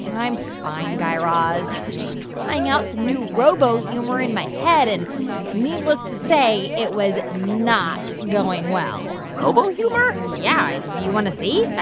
you know i'm fine, guy raz. i was just trying out some new robo humor in my head. and needless to say, it was not going well robo humor? yeah. you want to see?